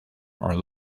are